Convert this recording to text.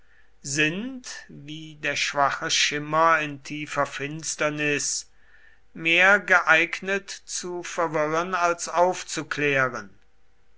sind wie der schwache schimmer in tiefer finsternis mehr geeignet zu verwirren als aufzuklären